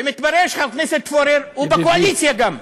ומתברר שחבר הכנסת פורר הוא בקואליציה גם.